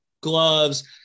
gloves